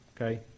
okay